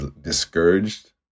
discouraged